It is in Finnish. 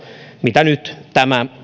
mitä nyt tämä